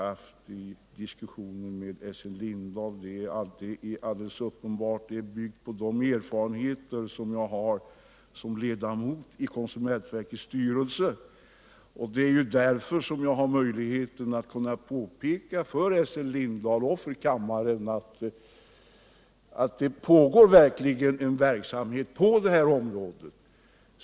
Den diskussion jag tidigare fört med Essen Lindahl bygger på de erfarenheter jag har som ledamot av konsumentverkets styrelse — det är ju därför som jag har möjlighet att påpeka för Essen Lindahl och för kammaren att en verksamhet pågår på detta område.